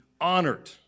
honored